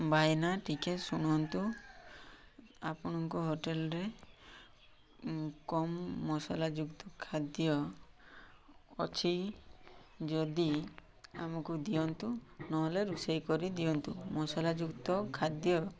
ଭାଇନା ଟିକେ ଶୁଣନ୍ତୁ ଆପଣଙ୍କ ହୋଟେଲ୍ରେ କମ୍ ମସଲା ଯୁକ୍ତ ଖାଦ୍ୟ ଅଛି ଯଦି ଆମକୁ ଦିଅନ୍ତୁ ନହେଲେ ରୋଷେଇ କରିଦିଅନ୍ତୁ ମସଲା ଯୁକ୍ତ ଖାଦ୍ୟ